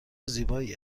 زیبایی